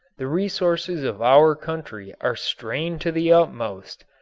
the resources of our country are strained to the utmost,